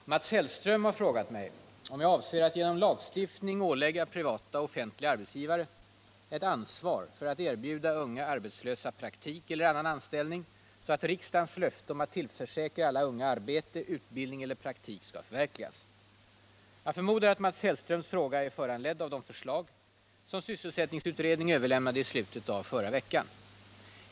Herr talman! Mats Hellström har frågat mig om jag avser att genom lagstiftning ålägga privata och offentliga arbetsgivare ett ansvar att erbjuda unga arbetslösa praktik eller annan anställning, så att riksdagens löfte om att tillförsäkra alla unga arbete, utbildning eller praktik förverkligas. Jag förmodar att Mats Hellströms fråga är föranledd av de förslag som sysselsättningsutredningen överlämnade i slutet av förra veckan.